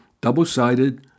double-sided